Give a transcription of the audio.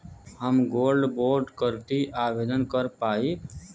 हम gold bond करती आवेदन कर पाईब?